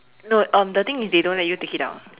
no um the thing is they don't let you take it out